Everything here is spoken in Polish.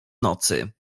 nocy